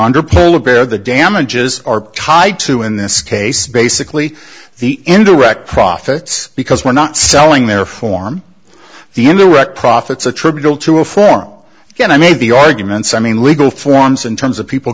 lapeer the damages are tied to in this case basically the indirect profits because we're not selling their form the indirect profits attributable to a form get i made the arguments i mean legal forms in terms of people